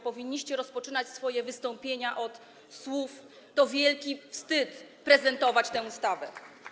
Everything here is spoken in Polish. Powinniście rozpoczynać swoje wystąpienia od słów: to wielki wstyd prezentować tę ustawę.